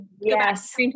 yes